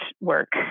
work